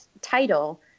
title